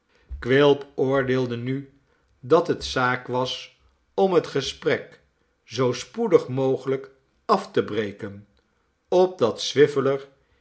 quilp oordeelde nu dat het zaak was om het gesprek zoo spoedig mogelijk af te breken opdat